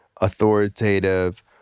authoritative